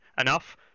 enough